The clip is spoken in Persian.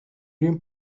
ریم